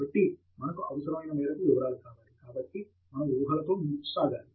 కాబట్టి మనకు అవసరమైన మేరకు వివరాలకు కావాలి కాబట్టి మనము ఊహలతో ముందుకు సాగగలగాలి